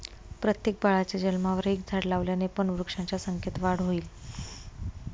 प्रत्येक बाळाच्या जन्मावर एक झाड लावल्याने पण वृक्षांच्या संख्येत वाढ होईल